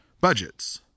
budgets